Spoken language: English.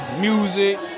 music